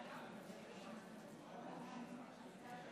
להלן תוצאות